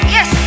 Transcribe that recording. Yes